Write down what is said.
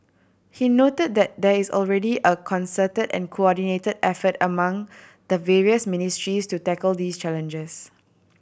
he noted that there is already a concerted and coordinated effort among the various ministries to tackle these challenges